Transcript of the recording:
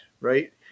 Right